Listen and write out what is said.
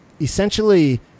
essentially